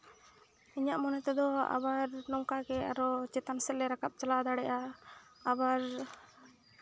ᱤᱧᱟᱹᱜ ᱢᱚᱱᱮ ᱛᱮᱫᱚ ᱟᱵᱟᱨ ᱚᱱᱠᱟᱜᱮ ᱟᱨᱚ ᱪᱮᱛᱟᱱ ᱥᱮᱫᱞᱮ ᱨᱟᱠᱟᱵ ᱪᱟᱞᱟᱣ ᱫᱟᱲᱮᱭᱟᱜᱼᱟ ᱟᱵᱟᱨ